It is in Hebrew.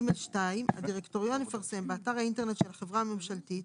(ג2) הדירקטוריון יפרסם באתר האינטרנט של החברה הממשלתית,